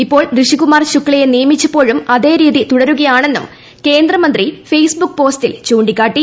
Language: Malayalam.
ഇപ്പോൾ ഋഷികുമാർ ശുക്സയെ നിയമിച്ചപ്പോഴും അതേ രീതി തുടരുകയാണെന്നും കേന്ദ്രമന്ത്രി ഫെയ്സ്ബുക്ക് പോസ്റ്റിൽ ചൂണ്ടിക്കാട്ടി